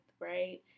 right